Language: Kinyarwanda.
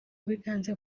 bwiganze